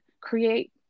create